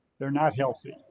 they're not healthy.